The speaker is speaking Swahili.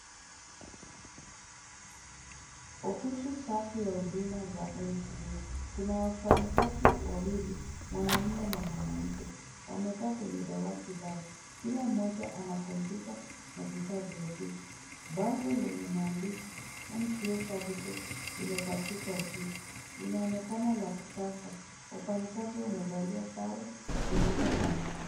Ofisi safi ya huduma za NCA. Kuna wafanyikazi wawili , mwanaume na mwanamke. Wamekaa kwenye dawati lao. Kila mmoja ana kompyuta na vifaa vya ofisi. Bango lenye maandishi NCA Services, limepachikwa juu. Linaonekana la kisasa. Wafanyikazi wamevalia sare zinazofanana.